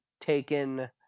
taken